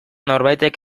norbaitek